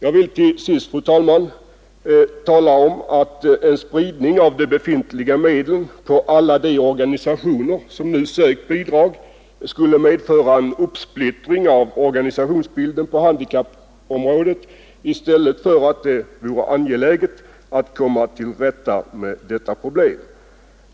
Jag vill till sist, fru talman, tala om att en spridning av de befintliga medlen på alla de organisationer som nu sökt bidrag skulle medföra en uppsplittring av organisationsbilden på handikappområdet. I stället vore det angeläget att komma till rätta med detta problem.